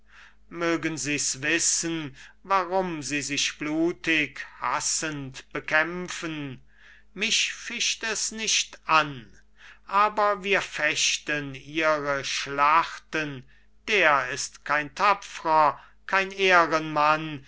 mögen sie's wissen warum sie sich blutig hassend bekämpfen mich ficht es nicht an aber wir fechten ihre schlachten der ist kein tapfrer kein ehrenmann